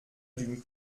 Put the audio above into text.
d’une